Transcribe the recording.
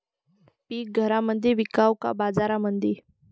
पीक घरामंदी विकावं की बाजारामंदी?